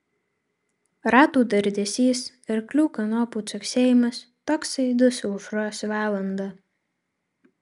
ratų dardesys arklių kanopų caksėjimas toks aidus aušros valandą